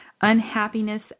unhappiness